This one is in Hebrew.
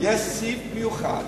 יש סעיף מיוחד,